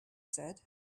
said